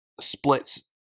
splits